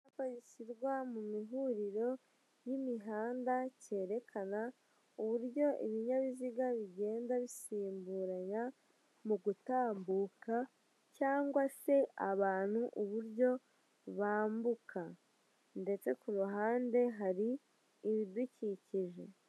Icyapa gishyirwa mu ihuriro ry'imihanda cyerekana uburyo ibinyabiziga bigenda bisimburanya mu gutambuka cyangwa se abantu uburyo bambuka ndetse ku ruhande hari ibidukikije.